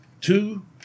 two